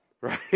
Right